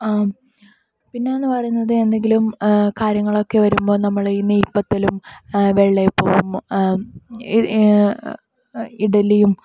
പിന്നെ എന്ന് പറയുന്നത് എന്തെങ്കിലും കാര്യങ്ങൾ ഒക്കെ വരുമ്പോൾ നമ്മള് ഈ നെയ്യ് പത്തലും വെള്ളയപ്പവും ഈ ഇഡ്ലിയും